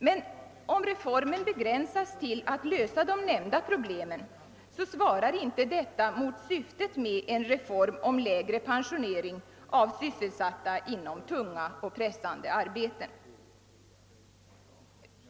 Men om reformen begränsas till att lösa de nämnda problemen, så svarar inte detta mot syftet med en reform om lägre pensionering av sysselsatta inom tunga och pressande arbeten.